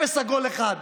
אפס עגול אחד.